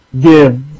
give